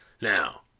Now